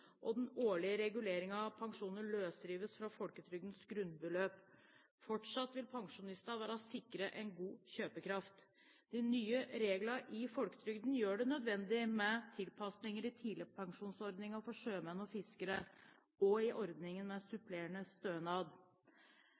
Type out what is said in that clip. og den årlige reguleringen av pensjoner løsrives fra folketrygdens grunnbeløp. Fortsatt vil pensjonistene være sikret en god kjøpekraft. De nye reglene i folketrygden gjør det nødvendig med tilpasninger i tidligpensjonsordningene for sjømenn og fiskere og i ordningen med supplerende stønad.